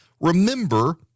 Remember